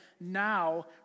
now